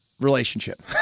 Relationship